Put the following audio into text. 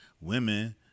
women